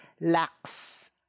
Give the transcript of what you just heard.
lacks